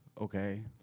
Okay